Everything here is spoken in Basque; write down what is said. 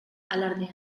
alardean